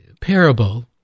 parable